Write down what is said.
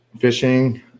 fishing